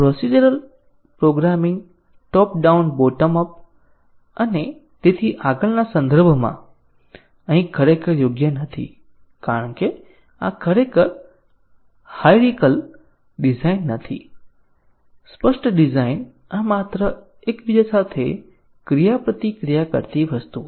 procedural programming top down bottom up અને આગળના સંદર્ભમાં અહીં ખરેખર યોગ્ય નથી કારણ કે આ ખરેખર હાયરાર્કિકલ ડિઝાઈન નથી સ્પષ્ટ ડિઝાઈન આ માત્ર એકબીજા સાથે ક્રિયાપ્રતિક્રિયા કરતી વસ્તુઓ છે